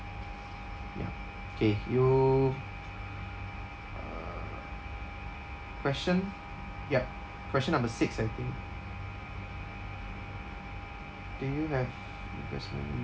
ya K you uh question yup question number six I think do you have investment in